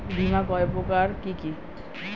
বীমা কয় প্রকার কি কি?